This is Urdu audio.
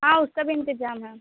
ہاں اس کا بھی انتظام ہے